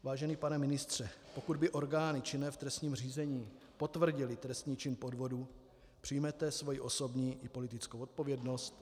Vážený pane ministře, pokud by orgány činné v trestním řízení potvrdily trestný čin podvodu, přijmete svoji osobní i politickou odpovědnost?